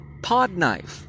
Podknife